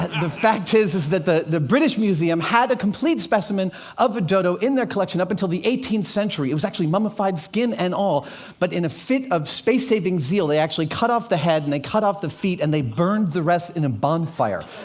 the fact is, is that the the british museum had a complete specimen of a dodo in their collection up until the eighteenth century it was actually mummified, skin and all but in a fit of space-saving zeal, they actually cut off the head and they cut off the feet and they burned the rest in a bonfire.